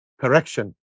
correction